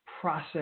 process